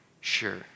sure